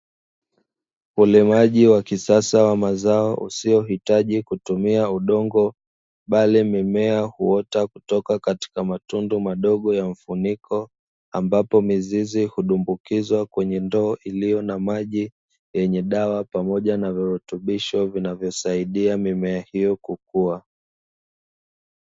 Ulimaji wa kisasa wa mazao usiohitaji kutumia udongo bali mimea huota kutoka katika matundu madogo ya mfuniko, ambapo mizizi hundumbukizwa kwenye ndoo iliyo na maji yenye dawa pamoja na virutubisho vinavyosaidia mimea hiyo kukua.